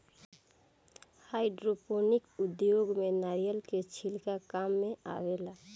hydroponic उद्योग में नारिलय के छिलका काम मेआवेला